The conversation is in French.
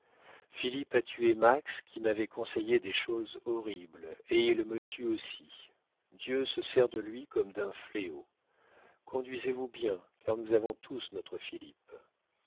a tué max qui m'avait conseillé des choses horribles et il me tue aussi dieu se sert de lui comme d'un fléau conduisez-vous bien car nous avons tous notre